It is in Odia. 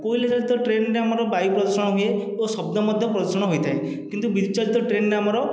କୋଇଲା ଚାଳିତ ଟ୍ରେନରେ ଆମର ବାୟୁ ପ୍ରଦୂଷଣ ହୁଏ ଓ ଶବ୍ଦ ମଧ୍ୟ ପ୍ରଦୂଷଣ ହୋଇଥାଏ କିନ୍ତୁ ବିଦ୍ୟୁତ ଚାଳିତ ଟ୍ରେନରେ ଆମର